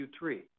Q3